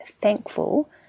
thankful